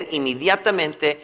inmediatamente